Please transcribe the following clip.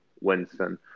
Winston